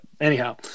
Anyhow